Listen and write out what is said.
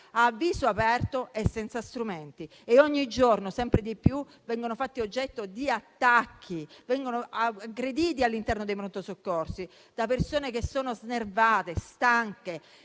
a viso aperto e senza strumenti, e ogni giorno, sempre di più, vengono fatti oggetto di attacchi, aggrediti all'interno dei pronto soccorso da persone che sono snervate e stanche, che